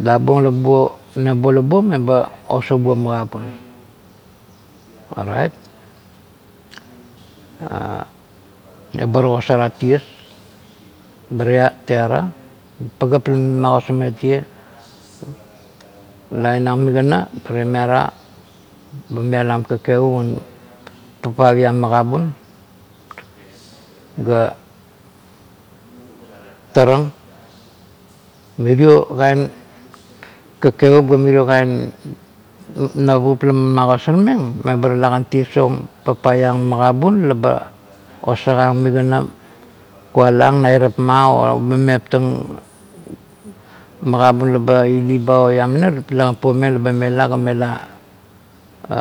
La buong la bubuo nebolabuong meba osau buong magabun. Orait, ebar ogosar ang ties. Ba "ha" teara pagap la ba magasarong tie, lain ang magana, bar miolam kakepvut un papop iang magabun ga tarap, mirio kain kakepvut ga mirio kain navup la man magosarmeng, meba talakan ties ong papeip iang magavun laba osakang migana kualong na irap ma, o ba meptang magabun leba uiba o iamani, talekan puameng leba mela ga mela "ha"